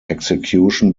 execution